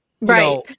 right